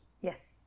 Yes